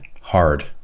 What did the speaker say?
Hard